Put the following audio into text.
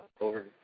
over